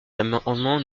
l’amendement